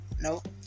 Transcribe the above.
Nope